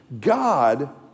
God